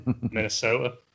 Minnesota